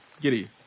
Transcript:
Giddy